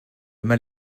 mal